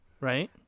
Right